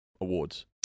awards